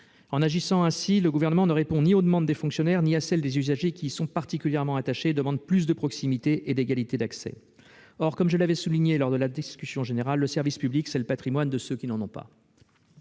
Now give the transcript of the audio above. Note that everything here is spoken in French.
En agissant ainsi, le Gouvernement ne répond ni aux demandes des fonctionnaires ni à celles des usagers qui sont particulièrement attachés au service public et qui demandent plus de proximité et d'égalité d'accès. Or, comme je l'avais souligné lors de la discussion générale, le service public, c'est le patrimoine de ceux qui n'en ont pas